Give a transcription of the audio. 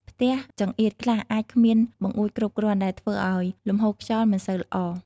ផ្ទះចង្អៀតខ្លះអាចគ្មានបង្អួចគ្រប់គ្រាន់ ដែលធ្វើឲ្យលំហូរខ្យល់មិនសូវល្អ។